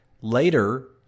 Later